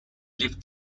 live